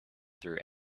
through